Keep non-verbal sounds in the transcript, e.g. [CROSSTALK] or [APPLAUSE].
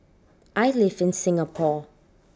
I live in Singapore [NOISE]